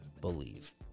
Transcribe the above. believe